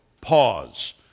Pause